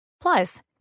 Plus